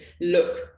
look